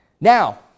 Now